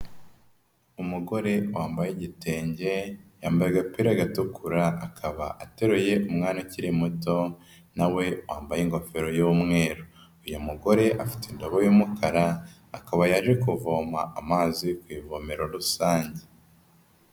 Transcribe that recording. Umugore wambaye igitenge, yambaye agapira gatukura, akaba ateruye umwana ukiri muto, na we wambaye ingofero y'umweru. Uyu mugore afite indobo y'umukara, akaba yaje kuvoma amazi ku ivomero rusange.